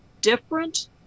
different